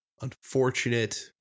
unfortunate